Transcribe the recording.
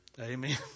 Amen